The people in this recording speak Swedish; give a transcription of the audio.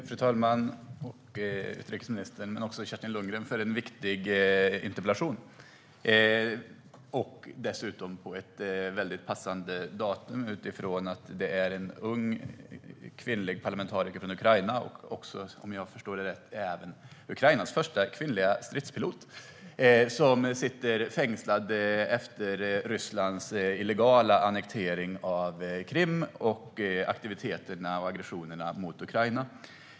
Fru talman! Tack, Kerstin Lundgren, för en viktig interpellation! Den besvaras av utrikesministern på ett mycket passande datum med tanke på att det är fråga om en ung kvinnlig parlamentariker från Ukraina och även - om jag har förstått rätt - Ukrainas första kvinnliga stridspilot. Hon sitter fängslad efter Rysslands illegala annektering av Krim och aktiviteterna och aggressionerna mot Ukraina.